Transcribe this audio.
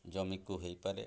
ଜମିକୁ ହେଇପାରେ